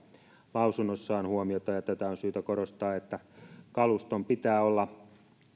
lausunnossaan huomiota on syytä korostaa että kaluston pitää olla